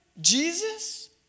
Jesus